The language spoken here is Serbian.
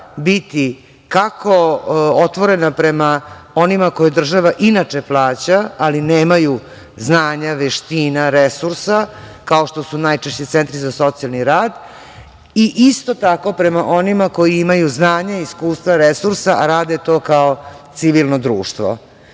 biti kako otvorena prema onima koje država inače plaća, ali nemaju znanja, veština, resursa, kao što su najčešće centri za socijalni rad, i isto tako prema onima koji imaju znanje, iskustva, resursa, a rade to kao civilno društvo. Dakle,